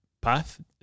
path